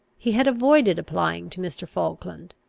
he had avoided applying to mr. falkland,